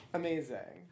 amazing